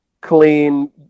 clean